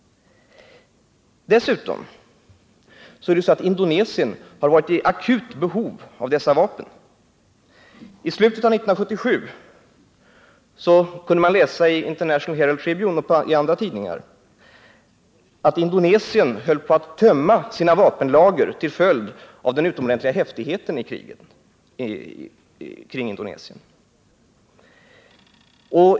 Dessutom har Indonesien varit i akut behov av dessa vapen. I slutet av 1977 kunde man läsa i International Herald Tribune och andra tidningar att Indonesien höll på att tömma sina vapenlager till följd av den utomordentliga häftigheten i kriget kring Indonesien.